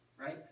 right